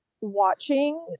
watching